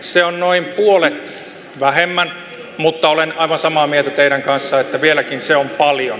se on noin puolet vähemmän mutta olen aivan samaa mieltä teidän kanssanne että vieläkin se on paljon